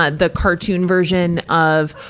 ah the cartoon version of,